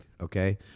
Okay